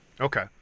Okay